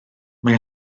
mae